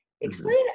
Explain